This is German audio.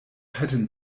hätten